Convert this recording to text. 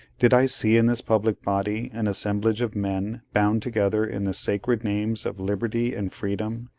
did i see in this public body an assemblage of men, bound together in the sacred names of liberty and freedom,